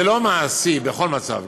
זה לא מעשי בכל מצב.